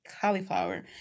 cauliflower